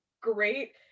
great